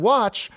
Watch